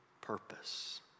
purpose